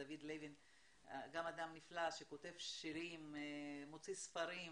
אדם נפלא שכותב שירים ומוציא ספרים.